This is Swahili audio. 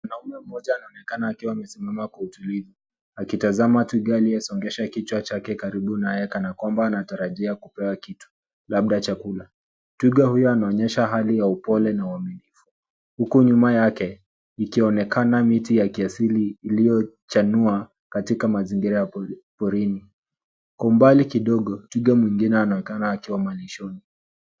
Mwanaume mmoja anaonekana akisamama kwa utulivu akitazama twiga aliyesongesha kichwa chake karibu na yeye kana kwamba anatarajia kupewa kitu, labda chakula. Twiga huyu ameonyesha hali ya upole na uaminifu huku nyuma yake ikionekana miti ya kiasili iliyochanua katika mzingira ya porini. Kwa umbali kidogo twiga mwengine anaonekana akiwa malishoni.